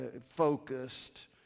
focused